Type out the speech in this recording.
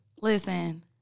Listen